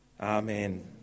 Amen